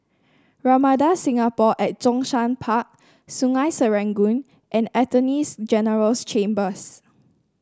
Ramada Singapore at Zhongshan Park Sungei Serangoon and Attorney General's Chambers